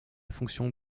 fonction